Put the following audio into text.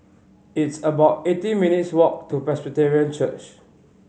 it's about eighteen minutes' walk to Presbyterian Church